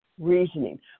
reasoning